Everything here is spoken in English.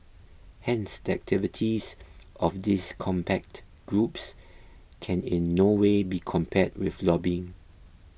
hence the activities of these contact groups can in no way be compared with lobbying